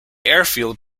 airfield